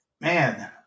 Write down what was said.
man